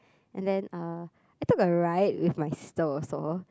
and then uh I took a ride with my sister also